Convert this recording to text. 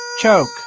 Choke